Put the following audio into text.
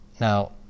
Now